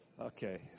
Okay